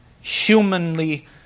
humanly